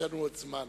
יש לנו עוד זמן.